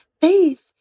Faith